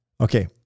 Okay